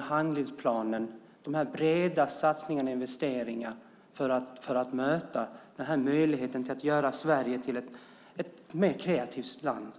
handlingsplanen de breda satsningarna och investeringarna för att möta möjligheten att göra Sverige till ett mer kreativt land.